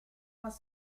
was